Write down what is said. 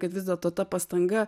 kad vis dėlto ta pastanga